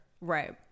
Right